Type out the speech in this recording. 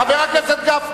חבר הכנסת גפני,